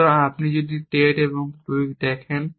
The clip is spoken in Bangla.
সুতরাং আপনি যদি টেট এবং টুইক দেখেন